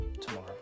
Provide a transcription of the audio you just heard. tomorrow